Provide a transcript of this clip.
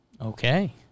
Okay